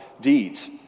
deeds